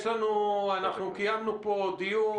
אנחנו קיימנו דיון.